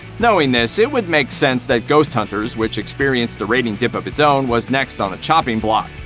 knowing this, it would make sense that ghost hunters, which experienced a ratings dip of its own, was next on the chopping block.